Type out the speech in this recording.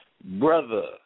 Brother